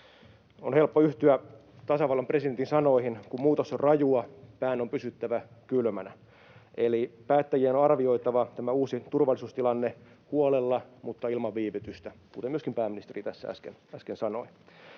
On helppo yhtyä tasavallan presidentin sanoihin: ”Kun muutos on rajua, pään on pysyttävä kylmänä.” Eli päättäjien on arvioitava tämä uusi turvallisuustilanne huolella mutta ilman viivytystä, kuten myöskin pääministeri tässä äsken sanoi.